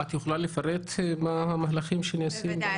את יכולה לפרט מה המהלכים שנעשים?